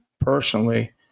personally